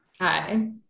hi